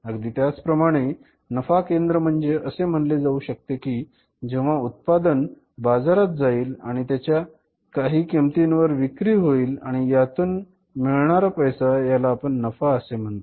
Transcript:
अगदी त्याचप्रमाणे नफा केंद्र म्हणजे असे म्हणले जाऊ शकते कि जेव्हा उत्पादन बाजारात जाईल आणि त्याची काही किंमतीवर विक्री होईल आणि यातून मिळणार पैसे याला आपण नफा असे म्हणतो